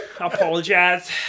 apologize